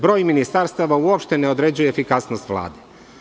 Broj ministarstava uopšte ne određuje efikasnost Vlade.